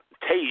taste